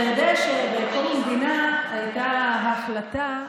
אתה יודע שבקום המדינה הייתה החלטה,